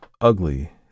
ugly